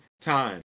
time